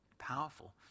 powerful